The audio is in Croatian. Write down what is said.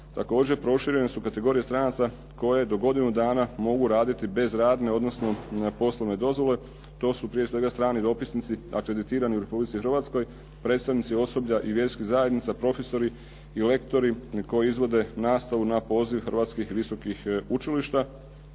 Također, proširene su kategorije stranaca koje do godinu dana mogu raditi bez radne odnosno poslovne dozvole. To su prije svega strani dopisnici akreditirani u Republici Hrvatskoj, predstavnici osoblja i vjerskih zajednica, profesori i lektori koji izvode nastavu na poziv hrvatskih visokih učilišta.